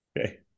Okay